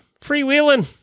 freewheeling